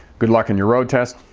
good luck on your road test.